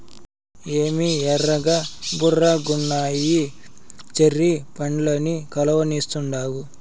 ఏమి ఎర్రగా బుర్రగున్నయ్యి చెర్రీ పండ్లని కలవరిస్తాండావు